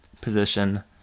position